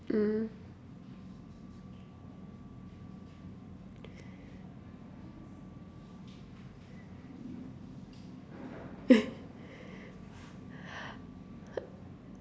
mmhmm